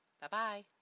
Bye-bye